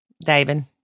David